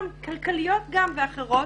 גם כלכליות ואחרות.